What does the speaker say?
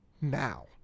now